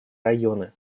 районы